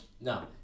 No